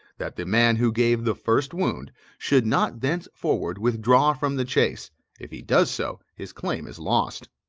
that the man who gave the first wound should not thenceforward withdraw from the chase if he does so, his claim is lost.